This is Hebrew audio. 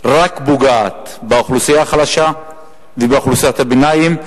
פוגעת באוכלוסייה החלשה ובאוכלוסיית הביניים.